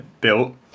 built